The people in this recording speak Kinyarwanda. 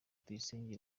tuyisenge